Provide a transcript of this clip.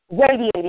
radiating